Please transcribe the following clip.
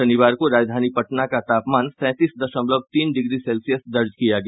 शनिवार को राजधानी पटना का तापमान सैंतीस दशमलव तीन डिग्री सेल्सियस दर्ज किया गया